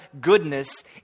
goodness